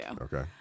Okay